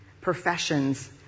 professions